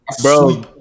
bro